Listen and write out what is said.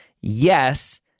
Yes